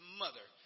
mother